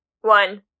one